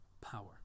power